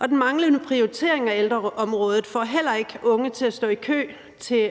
Og den manglende prioritering af ældreområdet får heller ikke unge til at stå i kø